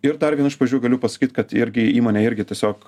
ir dar vieną iš pavyzdžių galiu pasakyt kad irgi įmonė irgi tiesiog